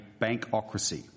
bankocracy